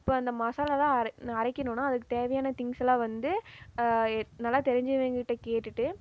இப்போ அந்த மசாலாலாம் அரைக்கணும்னா அதுக்கு தேவையான திங்ஸ்யெல்லாம் வந்து நல்லா தெரிஞ்சவங்க கிட்டே கேட்டுகிட்டு